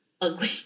ugly